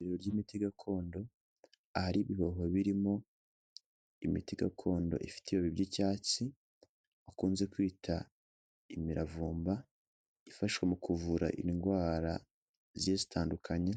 Irerero ry'imiti gakondo, ahari ibiboho birimo imiti gakondo ifite ibibabi by'icyatsi bakunze kwita imiravumba, ifasha mu kuvura indwara zigiye zitandukanye